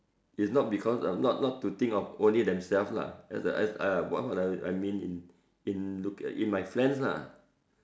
it's not because um not not not to think of only themselves lah as I as I what I mean in in looking in my friends lah